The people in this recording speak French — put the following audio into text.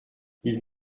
ils